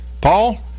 Paul